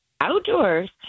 outdoors